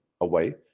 away